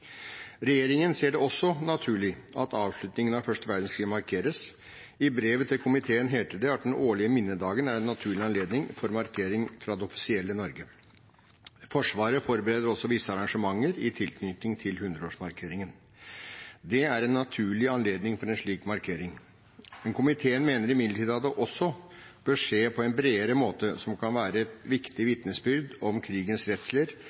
Regjeringen ser det også naturlig at avslutningen av første verdenskrig markeres. I brevet til komiteen heter det at den årlige minnedagen er en naturlig anledning for en markering fra det offisielle Norge. Forsvaret forbereder også visse arrangementer i tilknytning til 100-årsmarkeringen. Det er en naturlig anledning for en slik markering. Komiteen mener imidlertid det også bør skje på en bredere måte som kan være et viktig vitnesbyrd om krigens redsler,